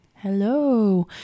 Hello